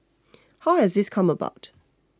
how has this come about